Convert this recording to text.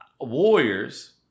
Warriors